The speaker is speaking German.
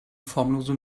formlose